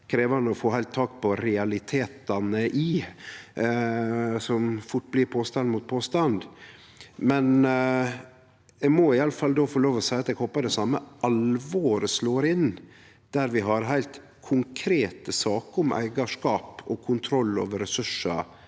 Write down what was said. krevjande å få heilt taket på realitetane i det som fort blir påstand mot påstand. Eg må då iallfall få lov til å seie at eg håpar det same alvoret slår inn der vi har heilt konkrete saker om eigarskap og kontroll over ressursar,